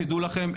שתדעו לכם,